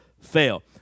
fail